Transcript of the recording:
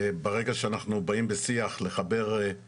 ברגע שאנחנו באים בשיח לחבר את